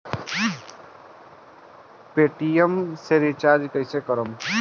Paytm से recharge कईसे करम?